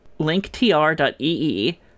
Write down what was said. linktr.ee